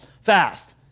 fast